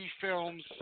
films